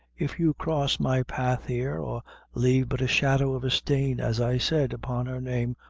if you cross my path here or lave but a shadow of a stain, as i said, upon her name,